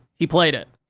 he played it.